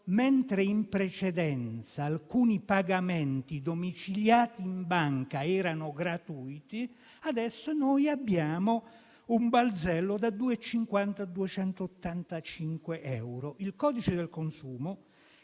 mentre in precedenza alcuni pagamenti domiciliati in banca erano gratuiti, adesso noi abbiamo un balzello da 2,50 a 2,85 euro. Il codice del consumo